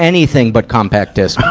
anything but compact disc.